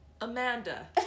Amanda